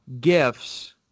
gifts